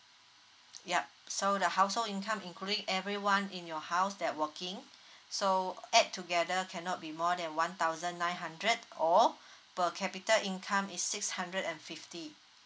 yup so the household income including everyone in your house that working so add together cannot be more than one thousand nine hundred or per capita income is six hundred and fifty